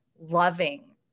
loving